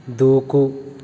దూకు